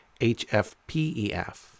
HFPEF